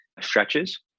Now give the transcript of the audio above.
stretches